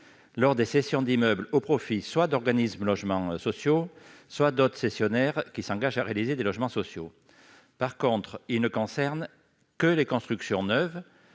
lors des cessions d'immeubles au profit d'organismes de logements sociaux ou d'autres cessionnaires qui s'engagent à réaliser des logements sociaux. Il ne concerne néanmoins que les constructions neuves